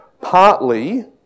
Partly